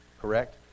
correct